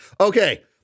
Okay